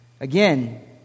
Again